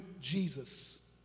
Jesus